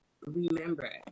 remember